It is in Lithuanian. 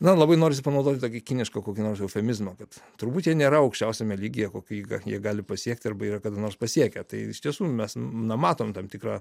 na labai norisi panaudoti tokį kinišką kokių nors eufemizmų kad turbūt jie nėra aukščiausiame lygyje kokį jį ga jie gali pasiekti arba yra kada nors pasiekę tai iš tiesų mes na matom tam tikrą